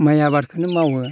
माइ आबादखौनो मावो